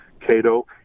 Cato